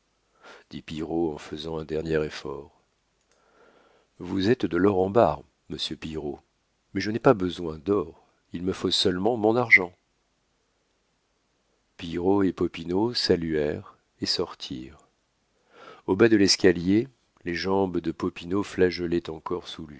pillerault en faisant un dernier effort vous êtes de l'or en barre monsieur pillerault mais je n'ai pas besoin d'or il me faut seulement mon argent pillerault et popinot saluèrent et sortirent au bas de l'escalier les jambes de popinot flageolaient encore